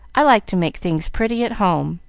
i like to make things pretty at home,